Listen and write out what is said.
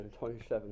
27